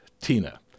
Tina